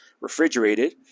refrigerated